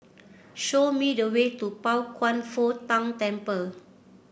show me the way to Pao Kwan Foh Tang Temple